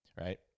right